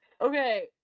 okay